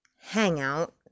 hangout